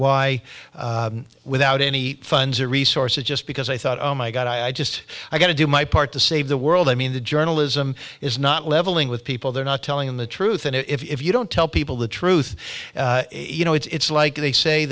why without any funds or resources just because i thought oh my god i just got to do my part to save the world i mean the journalism is not leveling with people they're not telling the truth and if you don't tell people the truth you know it's like they say